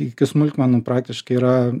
iki smulkmenų praktiškai yra